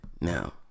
Now